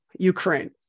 Ukraine